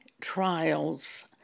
trials